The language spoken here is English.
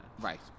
Right